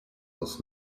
was